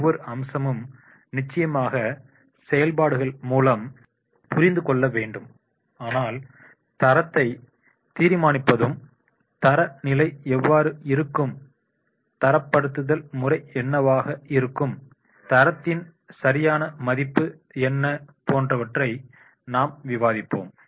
ஒவ்வொரு அம்சமும் நிச்சயமாக செயல்பாடுகள் மூலம் நாம் புரிந்து கொள்ள வேண்டும் ஆனால் தரத்தை தீர்மானிப்பது தர நிலை எவ்வாறு இருக்கும் தரப்படுத்துதல் முறை என்னவாக இருக்கும் தரத்தின் சரியான மதிப்பு என்ன போன்றவற்றை நாம் விவாதிப்போம்